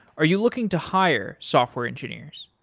are you looking to hire software engineers?